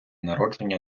народження